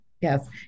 yes